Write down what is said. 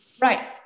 Right